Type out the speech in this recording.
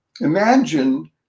Imagine